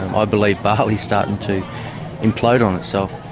um ah i believe bali's starting to implode on itself.